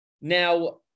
Now